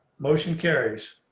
motion carries.